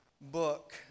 book